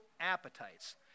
appetites